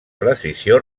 precisió